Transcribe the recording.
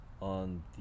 on